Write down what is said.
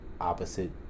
opposite